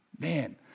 man